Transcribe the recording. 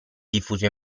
diffuso